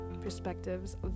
perspectives